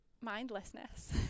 mindlessness